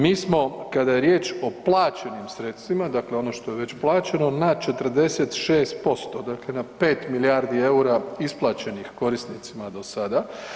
Mi smo kada je riječ o plaćenim sredstvima, dakle ono što je već plaćeno, na 46%, dakle na 5 milijardi EUR-a isplaćenih korisnicima do sada.